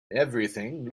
everything